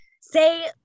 say